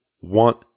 want